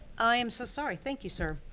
i am so sorry, thank you sir.